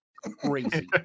Crazy